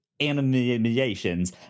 animations